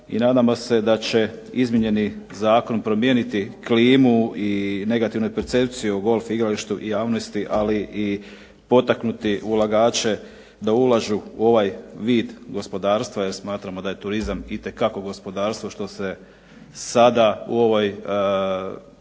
i nadamo se da će izmijenjeni zakon promijeniti klimu i negativnu percepciju o golf igralištu i javnosti i potaknuti ulagače da ulažu u ovaj vid gospodarstva, jer smatramo da je turizam itekako gospodarstvo što se sada u ovoj